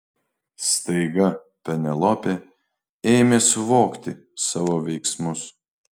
staiga penelopė ėmė suvokti savo veiksmus